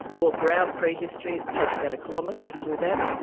walk around, prehistory, takes about a kilometre to do that.